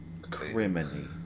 criminy